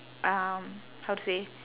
um how to say